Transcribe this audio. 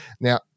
now